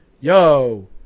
yo